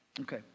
Okay